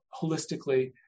holistically